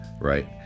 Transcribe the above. right